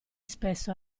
spesso